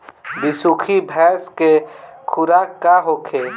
बिसुखी भैंस के खुराक का होखे?